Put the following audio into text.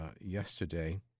yesterday